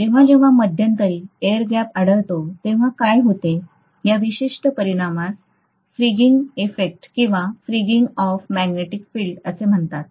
जेव्हा जेव्हा मध्यंतरी एअर गॅप आढळतो तेव्हा काय होते या विशिष्ट परिणामास फ्रिंगिंग इफेक्ट किंवा फ्रिंगिंग ऑफ मॅगनेटिक फील्ड असे म्हणतात